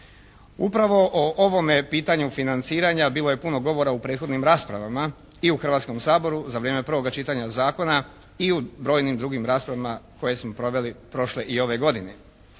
Upravo o ovome pitanju financiranja bilo je puno govora u prethodnim raspravama i u Hrvatskom saboru za vrijeme prvoga čitanja zakona i u brojnim drugim raspravama koje smo proveli prošle i ove godine.